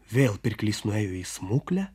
vėl pirklys nuėjo į smuklę